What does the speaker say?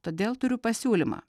todėl turiu pasiūlymą